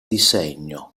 disegno